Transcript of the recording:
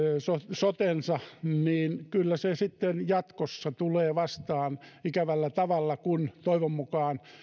sotensa niin kyllä se sitten jatkossa tulee vastaan ikävällä tavalla kun toivon mukaan